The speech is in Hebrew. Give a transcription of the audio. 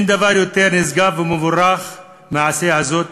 אין דבר יותר נשגב ומבורך מהעשייה הזאת,